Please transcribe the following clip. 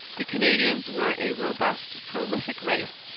the canadians were a robust, prolific race,